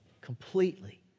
completely